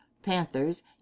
panthers